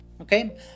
okay